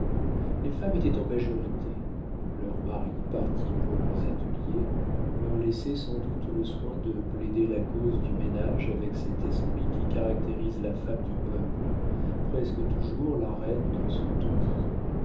les femmes étaient en majorité leurs maris partis pour leurs ateliers leur laissaient sans doute le soin de plaider la cause du ménage avec cet esprit qui caractérise la femme du peuple presque toujours la reine dans son